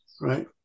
right